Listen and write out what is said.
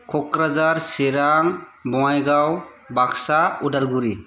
Kokrajhar Chirang Bongaigaon Baksa Udalguri